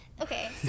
Okay